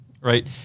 right